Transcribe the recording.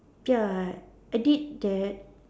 ya I did that